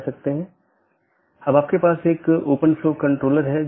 इसलिए हमारे पास BGP EBGP IBGP संचार है